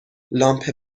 لامپ